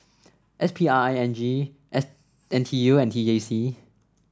S P R I N G S N T U and T A C